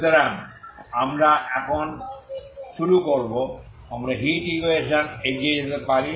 সুতরাং আমরা এখন শুরু করব আমরা হিট ইকুয়েশন এ এগিয়ে যেতে পারি